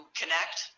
connect